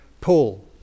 Paul